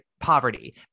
poverty